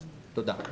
תודה.